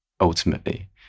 ultimately